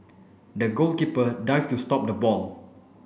the goalkeeper dived to stop the ball